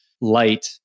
light